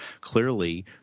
clearly